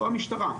לא המשטרה,